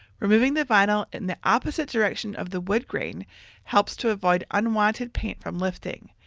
removing the vinyl in the opposite direction of the wood grain helps to avoid unwanted paint from lifting.